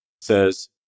says